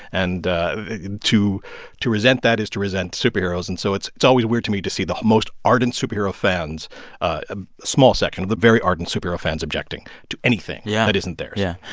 and to to resent that is to resent superheroes. and so it's it's always weird to me to see the most ardent superhero fans a small section of them very ardent superhero fans objecting to anything. yeah. that isn't theirs yeah.